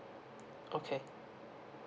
okay